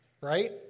right